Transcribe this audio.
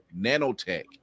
nanotech